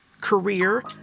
career